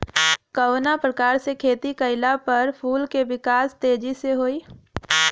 कवना प्रकार से खेती कइला पर फूल के विकास तेजी से होयी?